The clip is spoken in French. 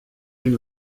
une